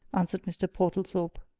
answered mr. portlethorpe.